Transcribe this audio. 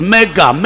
Mega